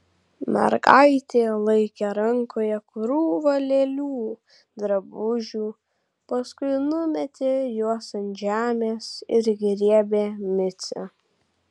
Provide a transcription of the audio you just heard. mergaitė laikė rankoje krūvą lėlių drabužių paskui numetė juos ant žemės ir griebė micę